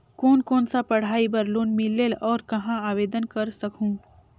कोन कोन सा पढ़ाई बर लोन मिलेल और कहाँ आवेदन कर सकहुं?